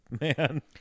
man